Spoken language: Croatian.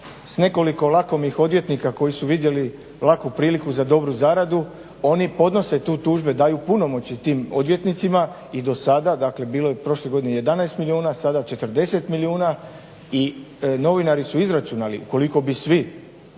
sa nekoliko lakomih odvjetnika koji su vidjeli laku priliku za dobru zaradu oni podnose tu tužbe, daju punomoći tim odvjetnicima. I do sada, dakle bilo je prošle godine 11 milijuna, sada 40 milijuna i novinari su izračunali koliko bi svi,